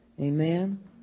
Amen